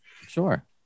Sure